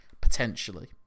Potentially